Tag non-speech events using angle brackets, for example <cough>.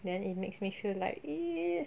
then it makes me feel like <noise>